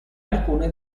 alcune